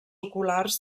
oculars